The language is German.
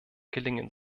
gelingen